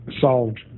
solved